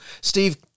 Steve